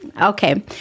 Okay